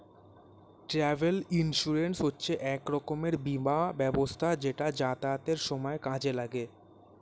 travel insurance হচ্ছে এক রকমের বীমা ব্যবস্থা যেটা যাতায়াতের সময় কাজে লাগে